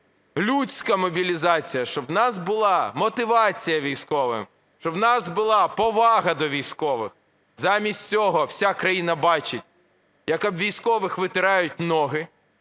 людська мобілізація, щоб у нас була мотивація військовим, щоб у нас була повага до військових, замість цього вся країна бачить, як об військових витирають ноги,